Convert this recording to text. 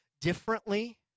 differently